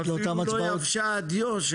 אפילו לא יבשה הדיו.